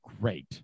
great